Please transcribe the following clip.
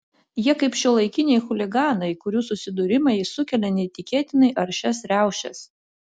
jie kaip šiuolaikiniai chuliganai kurių susidūrimai sukelia neįtikėtinai aršias riaušes